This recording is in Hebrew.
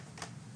נמצא.